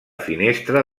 finestra